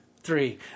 three